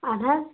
اہن حظ